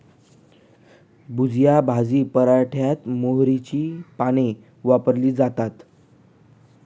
भुजिया भाजी पराठ्यात मोहरीची पाने वापरली जातात